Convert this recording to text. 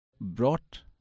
brought